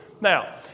Now